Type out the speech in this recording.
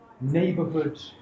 neighborhood